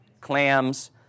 Clams